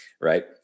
Right